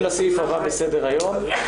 הישיבה ננעלה בשעה